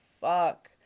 fuck